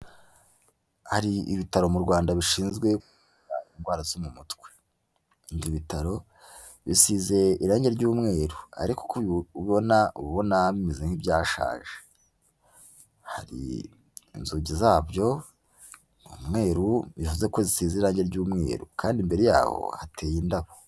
Hari ibitaro mu Rwanda bishinzwe indwara zo mu mutwe, ibyo bitaro bisize irangi ry'umweru ariko uko ubibona uba ubona bimeze nk'ibyashaje, hari inzugi zabyo ni umweru bivuze ko zishize irangi ry'umweru kandi imbere yaho hateye indabo.